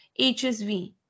HSV